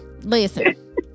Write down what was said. listen